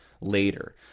later